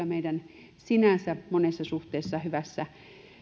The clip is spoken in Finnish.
meidän sinänsä monessa suhteessa hyvässä